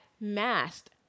masked